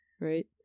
right